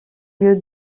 lieu